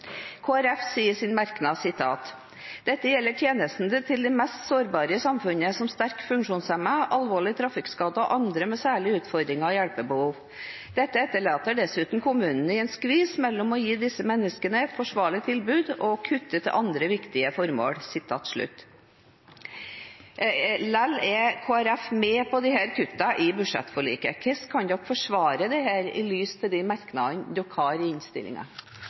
Folkeparti sier i sin merknad: «Dette gjelder tjenestene til de mest sårbare i samfunnet, som sterkt funksjonshemmede, alvorlig trafikkskadde og andre med særlige utfordringer og hjelpebehov. Det etterlater dessuten kommunene i en skvis mellom å gi disse menneskene et forsvarlig tilbud og å foreta kutt til andre viktige formål.» Lell er Kristelig Folkeparti med på disse kuttene i budsjettforliket. Hvordan kan dere forsvare dette i lys av de merknadene som dere har i